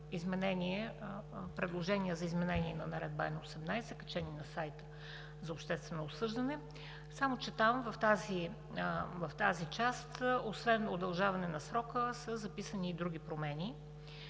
предложение за изменение на Наредба Н-18, качено на сайта за обществено обсъждане, само че в тази част, освен удължаване на срока, са записани и други промени.